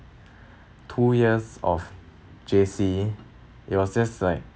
two years of J_C it was just like